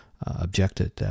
objected